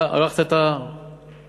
אתה ערכת את הקידושין.